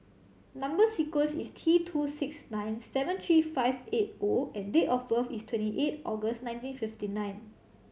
number sequence is T two six nine seven three five eight O and date of birth is twenty eight August nineteen fifty nine